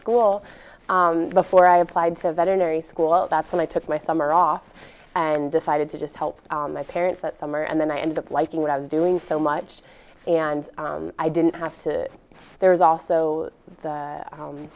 school before i applied to veterinary school that's when i took my summer off and decided to just help my parents that summer and then i ended up liking what i was doing so much and i didn't have to there's also